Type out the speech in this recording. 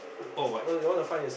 oh what